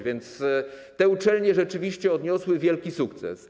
Więc te uczelnie rzeczywiście odniosły wielki sukces.